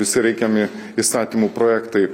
visi reikiami įstatymų projektai